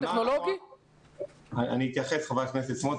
אני אתייחס, ח"כ סמוטריץ'.